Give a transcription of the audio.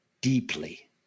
deeply